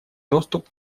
доступ